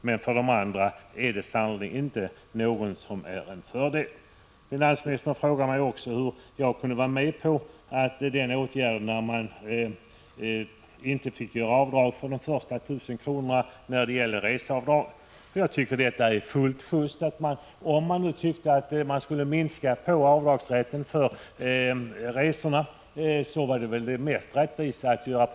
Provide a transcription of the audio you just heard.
Men för andra är det sannerligen inte någon fördel med det. Finansministern frågade mig hur jag kunde gå med på en åtgärd som innebär att man inte får göra avdrag för de första 1 000 kronorna i fråga om reseavdraget. Jag anser att det var helt i sin ordning. Om man skulle minska avdragen när det gäller resorna var detta det mest rättvisa.